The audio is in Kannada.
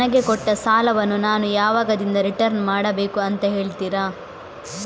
ನನಗೆ ಕೊಟ್ಟ ಸಾಲವನ್ನು ನಾನು ಯಾವಾಗದಿಂದ ರಿಟರ್ನ್ ಮಾಡಬೇಕು ಅಂತ ಹೇಳ್ತೀರಾ?